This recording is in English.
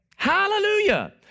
Hallelujah